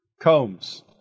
Combs